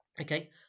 okay